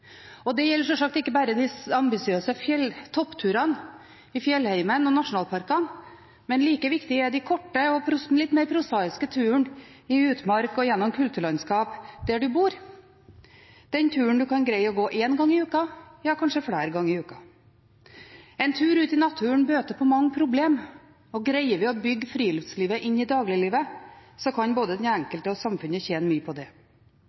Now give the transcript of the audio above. Det gjelder sjølsagt ikke bare de ambisiøse toppturene i fjellheimen og i nasjonalparkene, men like viktig er de korte og litt mer prosaiske turene i utmark og gjennom kulturlandskap der en bor – den turen en kan klare å gå én gang i uka, ja kanskje flere ganger i uka. En tur ut i naturen bøter på mange problemer, og greier vi å bygge friluftslivet inn i dagliglivet, kan både den enkelte og samfunnet tjene mye på det.